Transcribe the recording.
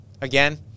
Again